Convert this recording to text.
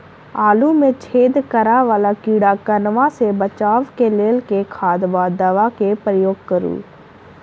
आलु मे छेद करा वला कीड़ा कन्वा सँ बचाब केँ लेल केँ खाद वा दवा केँ प्रयोग करू?